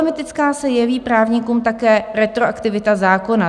Problematická se jeví právníkům také retroaktivita zákona.